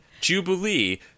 Jubilee